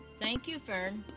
thank you, fern.